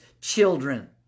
children